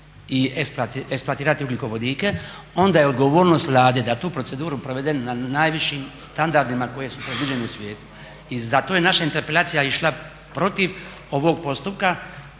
i eksploatirati ugljikovodike onda je odgovornost Vlade da tu proceduru provede na najvišim standardima koji su predviđeni u svijetu. I zato je naša interpelacija išla protiv ovog postupka